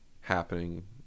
happening